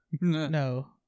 No